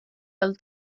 del